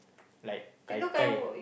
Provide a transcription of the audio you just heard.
like Gai-Gai